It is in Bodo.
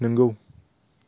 नोंगौ